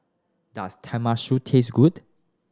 does Tenmusu taste good